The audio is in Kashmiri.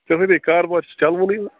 ژٕ وُنُے کار بار چھِ چَلوٕنُے